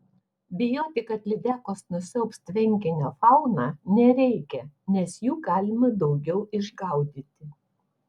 bijoti kad lydekos nusiaubs tvenkinio fauną nereikia nes jų galima daugiau išgaudyti